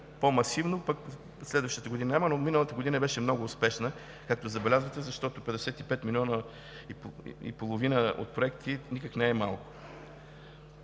по-масивно, пък в следващите години няма. Миналата година беше много успешна, както забелязвате, защото 55,5 милиона от проекти никак не са малко.